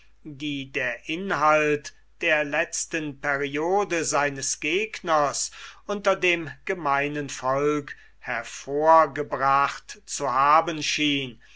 die der inhalt der letzten periode seines gegners unter dem gemeinen volke hervorgebracht zu haben schien